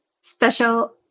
special